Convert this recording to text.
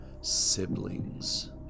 Siblings